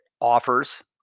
offers